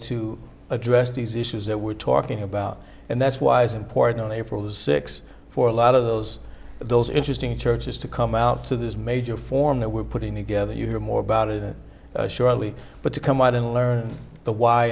to address these issues that we're talking about and that's why it's important april is six for a lot of those those interesting churches to come out to this major forum that we're putting together you hear more about it surely but to come out and learn the why